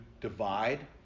divide